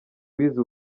wize